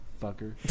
fucker